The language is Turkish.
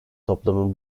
toplumun